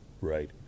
right